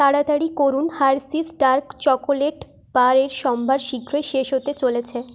তাড়াতাড়ি করুন Hershey's dark chocolate বারের সম্ভার শীঘ্রই শেষ হতে চলেছে